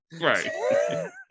right